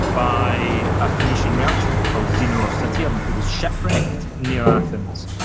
by a phoenician merchant called zeno of citium, who was shipwrecked near athens.